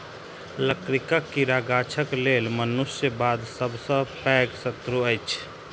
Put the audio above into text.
लकड़ीक कीड़ा गाछक लेल मनुष्य बाद सभ सॅ पैघ शत्रु अछि